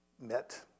met